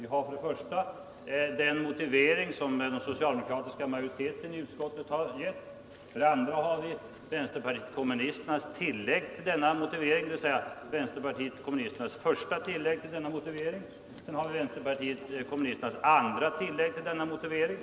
Vi har för det första den motivering som den socialdemokratiska majoriteten i utskottet givit. Vi Lördagen den har för det SR vänsterpartiet KOMNTINSISrRAS första HUBER till denna 16 december 1972 BIOtivöring. ES det tredje har vi VERSLETparCrer kommunisternas andra ——— tillägg till motiveringen.